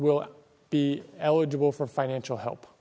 will be eligible for financial help